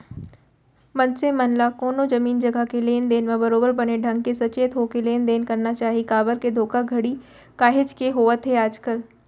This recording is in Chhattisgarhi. मनसे मन ल कोनो जमीन जघा के लेन देन म बरोबर बने ढंग के सचेत होके लेन देन करना चाही काबर के धोखाघड़ी काहेच के होवत हे आजकल